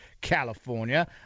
California